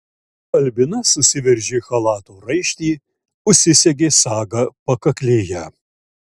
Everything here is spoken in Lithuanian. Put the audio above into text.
albina susiveržė chalato raištį užsisegė sagą pakaklėje